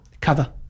Cover